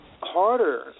harder